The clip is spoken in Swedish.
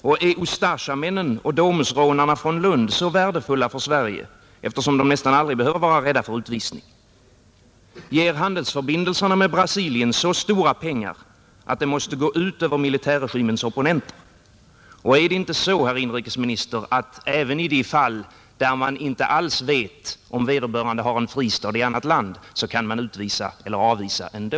Och är Ustasjamännen och Domusrånarna från Lund så värdefulla för Sverige, eftersom de nästan aldrig behöver vara rädda för utvisning? Ger handelsförbindelserna med Brasilien så stora pengar att det måste gå ut över militärregimens opponenter? Och är det inte så, herr inrikesminister, att även i de fall där man inte alls vet om vederbörande har en fristad i annat land kan man utvisa eller avvisa ändå?